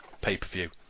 pay-per-view